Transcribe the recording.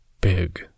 big